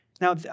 Now